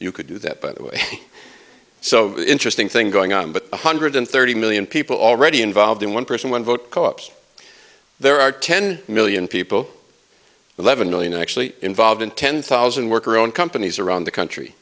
you could do that by the way so interesting thing going on but one hundred thirty million people already involved in one person one vote because there are ten million people eleven million actually involved and ten thousand worker own companies around the country